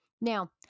now